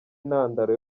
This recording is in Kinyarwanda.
intandaro